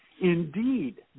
indeed